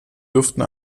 dürften